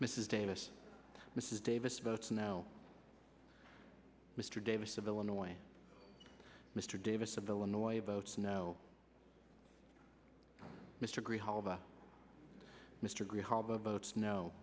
mrs davis mrs davis votes now mr davis of illinois mr davis of illinois votes no mr